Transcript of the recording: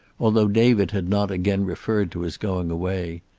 although david had not again referred to his going away.